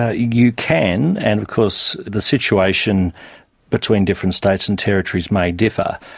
ah you can, and of course the situation between different states and territories may differ,